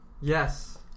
Yes